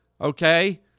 okay